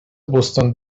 بوستون